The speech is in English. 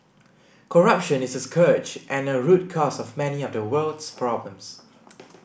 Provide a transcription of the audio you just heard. corruption is a scourge and a root cause of many of the world's problems